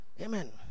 Amen